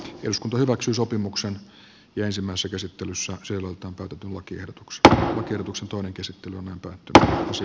jos hyväksyy sopimuksen yleisimmässä käsittelyssä sielutonta kuten lakiehdotukset ehdotuksen toinen käsittely tähtäsi